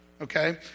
Okay